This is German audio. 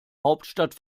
hauptstadt